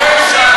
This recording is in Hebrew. לא נכון, למה?